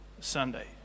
Sunday